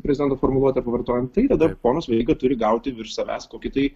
prezidento formuluotę pavartojant tai dabar ponas veryga turi gauti virš savęs kokį tai